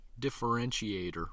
differentiator